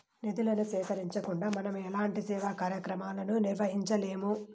నిధులను సేకరించకుండా మనం ఎలాంటి సేవా కార్యక్రమాలను నిర్వహించలేము